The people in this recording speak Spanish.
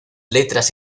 letras